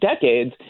decades